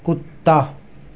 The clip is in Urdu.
کتا